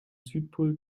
südpol